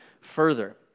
further